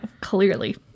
clearly